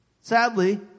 Sadly